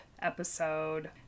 Episode